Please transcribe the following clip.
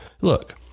Look